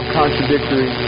contradictory